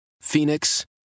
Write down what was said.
Phoenix